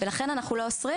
לכן אנחנו לא אוסרים,